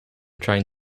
trying